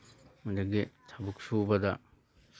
ꯑꯗꯒꯤ ꯊꯕꯛ ꯁꯨꯕꯗ